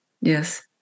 yes